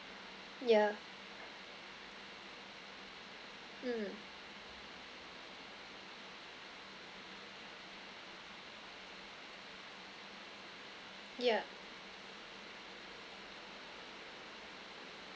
yeah mm yeah